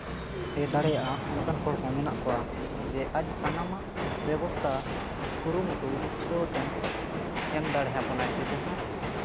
ᱮ ᱫᱟᱲᱮᱭᱟᱜᱼᱟ ᱚᱱᱠᱟᱱ ᱨᱚᱲ ᱦᱚᱸ ᱢᱮᱱᱟᱜ ᱠᱚᱣᱟ ᱡᱮ ᱟᱡ ᱥᱟᱱᱟᱢᱟᱜ ᱵᱮᱵᱚᱥᱛᱷᱟ ᱠᱩᱨᱩᱢᱩᱴᱩ ᱪᱷᱩᱴᱟᱹᱣ ᱠᱟᱛᱮᱱ ᱮᱢ ᱫᱟᱲᱮᱭᱟᱵᱚᱱᱟ ᱡᱮ ᱡᱟᱦᱟᱸ